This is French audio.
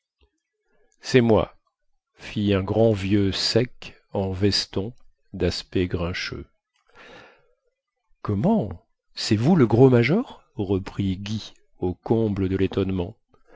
cest moi fit un grand vieux sec en veston daspect grincheux comment cest vous le gros major reprit guy au comble de létonnement